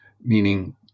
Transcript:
meaning